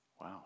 Wow